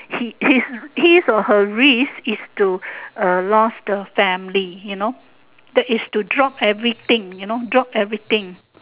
he is his is her risk is to lost the family you know that is to drop everything you know you know drop everything